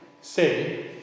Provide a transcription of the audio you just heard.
Say